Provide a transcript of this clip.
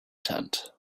tent